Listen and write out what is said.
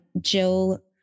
Jill